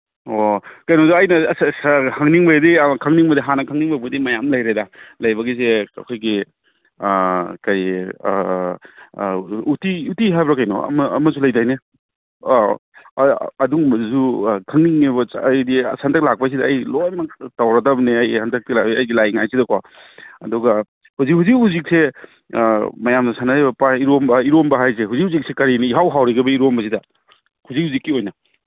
ꯑꯣ ꯀꯩꯅꯣꯗꯣ ꯑꯩꯅ ꯈꯪꯕꯩꯗꯤ ꯈꯪꯅꯤꯡꯕꯗꯤ ꯍꯥꯟꯅ ꯈꯪꯅꯤꯡꯕꯩꯕꯨꯗꯤ ꯃꯌꯥꯝ ꯂꯩꯔꯦꯗ ꯂꯩꯕꯒꯤꯁꯦ ꯑꯩꯈꯣꯏꯒꯤ ꯀꯩ ꯎꯇꯤ ꯎꯇꯤ ꯍꯥꯏꯕ꯭ꯔꯥ ꯀꯩꯅꯣ ꯑꯃꯁꯨ ꯂꯩꯗꯥꯏꯅꯦ ꯑ ꯑꯗꯨꯒꯨꯝꯕꯗꯨꯁꯨ ꯈꯪꯅꯤꯡꯉꯦꯕ ꯍꯥꯏꯗꯤ ꯍꯟꯗꯛ ꯂꯥꯛꯄꯁꯤꯗ ꯑꯩ ꯂꯣꯏꯃꯛ ꯇꯧꯔꯗꯝꯅꯦ ꯑꯩꯁꯦ ꯍꯟꯗꯛꯇꯤ ꯑꯩ ꯂꯥꯛꯏꯉꯥꯏꯁꯤꯗꯀꯣ ꯑꯗꯨꯒ ꯍꯧꯖꯤꯛ ꯍꯧꯖꯤꯛꯁꯦ ꯃꯌꯥꯝꯅ ꯁꯥꯅꯔꯤꯕ ꯄꯥꯟ ꯏꯔꯣꯝꯕ ꯏꯔꯣꯝꯕ ꯍꯥꯏꯁꯦ ꯍꯧꯖꯤꯛ ꯍꯧꯖꯤꯛꯁꯦ ꯀꯔꯤꯅ ꯏꯍꯥꯎ ꯍꯥꯎꯔꯤꯒꯦꯕ ꯏꯔꯣꯝꯕꯁꯦ ꯍꯧꯖꯤꯛ ꯍꯧꯖꯤꯛꯀꯤ ꯑꯣꯏꯅ